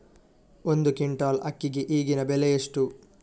ಒಂದು ಕ್ವಿಂಟಾಲ್ ಅಕ್ಕಿಗೆ ಈಗಿನ ಬೆಲೆ ಎಷ್ಟು?